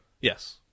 Yes